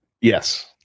Yes